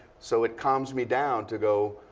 so it calms me down to go,